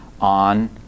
on